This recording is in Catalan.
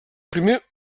primer